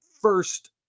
first